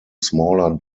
smaller